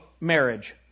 marriage